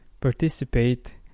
participate